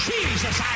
Jesus